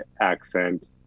accent